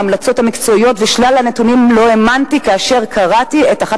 ההמלצות המקצועיות ושלל הנתונים לא האמנתי כאשר קראתי את אחת